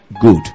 good